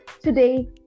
today